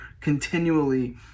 continually